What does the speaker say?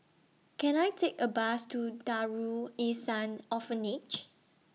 Can I Take A Bus to Darul Ihsan Orphanage